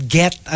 get